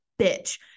bitch